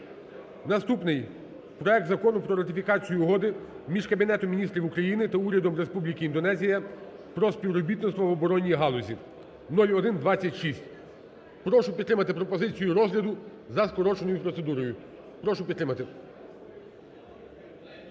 Наступний проект Закону про ратифікацію Угоди між Кабінетом Міністрів України та Урядом Республіки Індонезія про співробітництво в оборонній галузі (0126). Прошу підтримати пропозицію розгляду за скороченою процедурою, прошу підтримати.